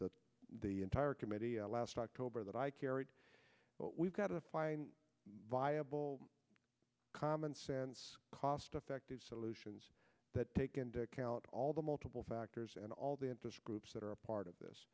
that the entire committee last october that i carried but we've got a viable commonsense cost effective solutions that take into account all the multiple factors and all the interest groups that are a part of this